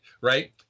Right